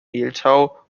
mehltau